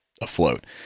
afloat